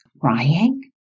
crying